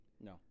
No